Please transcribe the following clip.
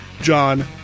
John